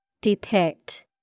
Depict